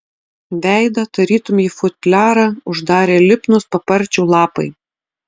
veidą tarytum į futliarą uždarė lipnūs paparčių lapai